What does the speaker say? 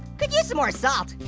could use some more salt.